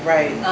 Right